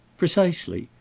precisely.